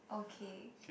okay